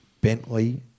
Bentley